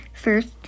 First